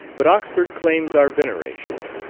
but oxford claims our veneration.